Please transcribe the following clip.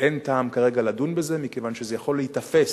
אין טעם כרגע לדון בזה כיוון שזה יכול להיתפס